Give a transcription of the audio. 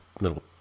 little